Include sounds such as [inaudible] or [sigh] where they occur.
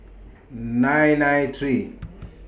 nine nine three [noise]